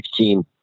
16